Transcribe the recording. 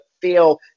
feel